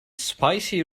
spicy